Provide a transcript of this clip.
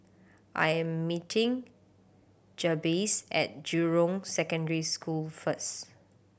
I am meeting Jabez at Jurong Secondary School first